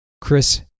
Chris